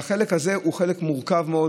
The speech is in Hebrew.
החלק הזה הוא חלק מורכב מאוד,